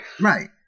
Right